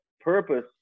purpose